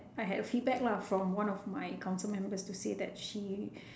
I had a feedback lah from one of my council members to say that she